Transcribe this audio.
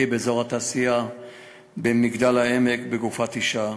באזור התעשייה במגדל-העמק בגופת אישה.